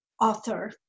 author